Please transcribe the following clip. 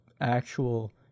actual